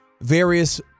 various